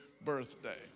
birthday